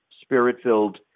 spirit-filled